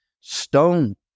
stone